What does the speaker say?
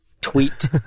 tweet